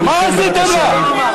מה עשיתם לה?